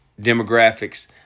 demographics